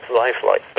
lifelike